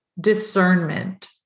discernment